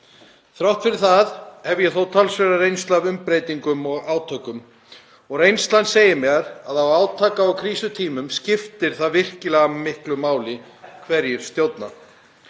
Þrátt fyrir það hef ég þó talsverða reynslu af umbreytingum og átökum og reynslan segir mér að á átaka- og krísutímum skiptir það virkilega miklu máli hverjir stjórna.